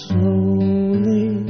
Slowly